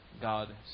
God